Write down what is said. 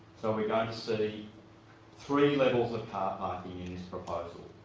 so we're going to see three levels of car parking in this proposal.